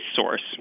source